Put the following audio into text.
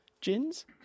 Gins